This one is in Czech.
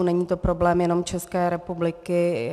Není to problém jenom České republiky.